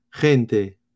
Gente